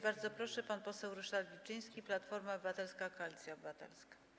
Bardzo proszę, pan poseł Ryszard Wilczyński, Platforma Obywatelska - Koalicja Obywatelska.